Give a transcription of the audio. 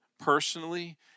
personally